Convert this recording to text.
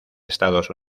estados